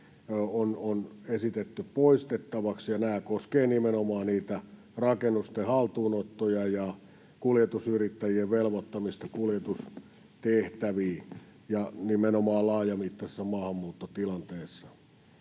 on esitetty poistettaviksi. Nämä koskevat nimenomaan rakennusten haltuunottoja ja kuljetusyrittäjien velvoittamista kuljetustehtäviin laajamittaisessa maahanmuuttotilanteessa.